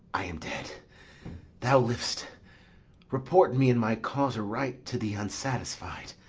i am dead thou liv'st report me and my cause aright to the unsatisfied.